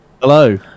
Hello